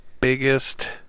biggest